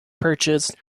purchase